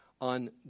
on